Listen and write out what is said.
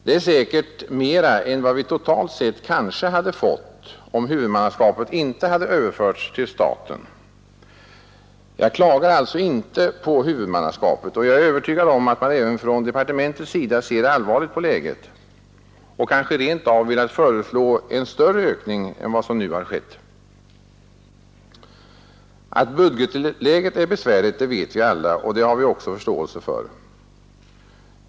Det är säkert mera än vad vi totalt sett hade fått om huvudmannaskapet inte överförts till staten. Jag klagar alltså inte på huvudmannaskapet, och jag är övertygad om att man även från departementets sida ser allvarligt på läget och kanske rent av velat föreslå större ökning än vad som nu skett. Att budgetläget är besvärligt vet vi alla, och det har vi också förståelse för.